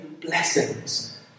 blessings